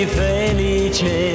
felice